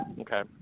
Okay